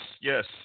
yes